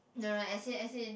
no no no as in as in